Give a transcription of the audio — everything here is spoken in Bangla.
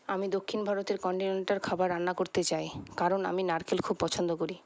আমি দক্ষিণ ভারতের কন্টিনেন্টাল খাবার রান্না করতে চাই কারণ আমি নারকেল খুব পছন্দ করি